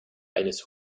eines